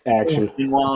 action